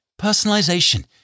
Personalization